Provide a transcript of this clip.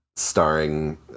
Starring